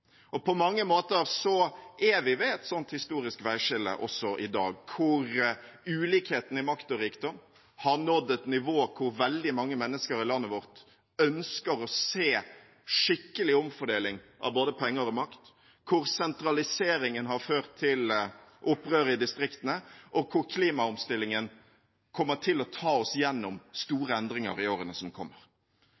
På mange måter er vi ved et slikt historisk veiskille også i dag, der ulikheten i makt og rikdom har nådd et nivå der veldig mange mennesker i landet vårt ønsker å se en skikkelig omfordeling av både penger og makt, der sentraliseringen har ført til opprør i distriktene, og der klimaomstillingen kommer til å ta oss gjennom